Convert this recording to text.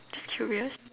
curious